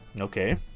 okay